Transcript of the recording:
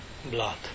blood